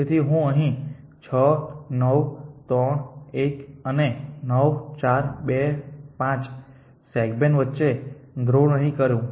તેથી હું અહીં 6 9 3 1 અને 9 4 2 5 સેગમેન્ટ વચ્ચે ડ્રો નહીં કરું